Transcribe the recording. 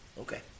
Okay